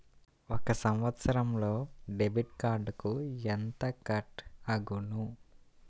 ఒక సంవత్సరంలో డెబిట్ కార్డుకు ఎంత కట్ అగును?